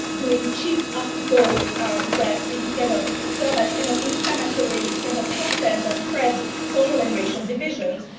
doing cheap articles that really kind of serve as kind of inflammatory kind of content that spreads social and racial divisions.